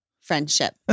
friendship